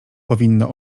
powinno